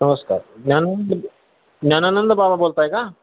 नमस्कार ज्ञाननंद ज्ञानानंद बाबा बोलत आहे का